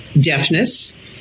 deafness